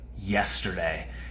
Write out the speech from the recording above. yesterday